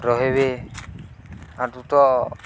ରହେବେ ଆ ଦୁତ